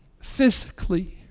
physically